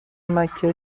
مکه